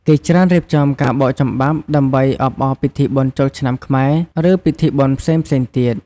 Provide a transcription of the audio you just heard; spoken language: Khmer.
គេច្រើនរៀបចំការបោកចំបាប់ដើម្បីអបអរពិធីបុណ្យចូលឆ្នាំខ្មែរ ឬពិធីបុណ្យផ្សេងៗទៀត។